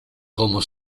como